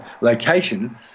location